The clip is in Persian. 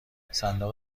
صندوق